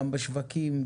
גם בשווקים,